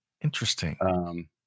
Interesting